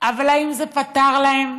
אבל האם זה פתר להם?